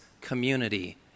community